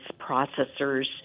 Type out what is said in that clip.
processors